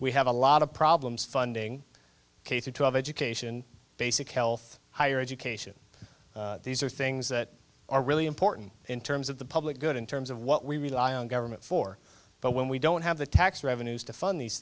we have a lot of problems funding k through twelve education basic health higher education these are things that are really important in terms of the public good in terms of what we rely on government for but when we don't have the tax revenues to fund these